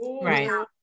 Right